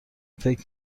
فکر